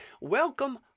Welcome